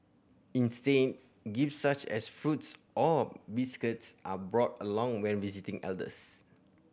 instead gifts such as fruits or biscuits are brought along when visiting elders